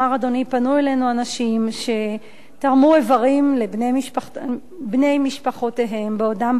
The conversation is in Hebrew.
פנו אלינו אנשים שתרמו איברים לבני משפחותיהם בעודם בחיים.